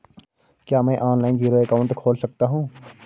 क्या मैं online zero account खोल सकता हूँ?